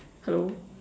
hello